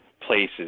places